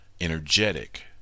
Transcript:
energetic